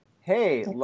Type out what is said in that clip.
Hey